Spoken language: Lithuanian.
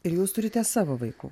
ir jūs turite savo vaikų